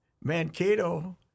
Mankato